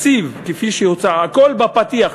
התקציב כפי שהוצע הכול בפתיח,